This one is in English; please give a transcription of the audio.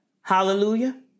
Hallelujah